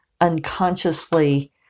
unconsciously